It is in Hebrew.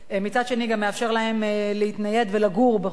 זה גם מאפשר להם להתנייד ולגור בכל מקום שהוא,